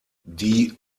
die